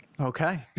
Okay